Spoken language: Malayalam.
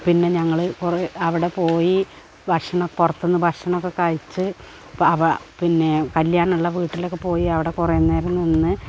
പിന്നെ ഞങ്ങള് കുറേ അവിടെ പോയി പുറത്തുനിന്ന് ഭക്ഷണമൊക്കെ കഴിച്ച് പിന്നെ കല്യാണമുള്ള വീട്ടിലൊക്കെ പോയി അവടെ കുറേ നേരം നിന്ന്